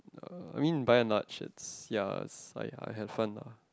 uh I mean by and large it's ya it's like I had fun lah